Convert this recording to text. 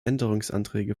änderungsanträge